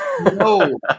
no